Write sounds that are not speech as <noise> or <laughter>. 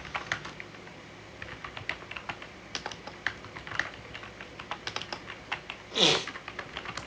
<noise>